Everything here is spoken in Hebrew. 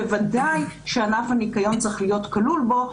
בוודאי שענף הניקיון צריך להיות כלול בו,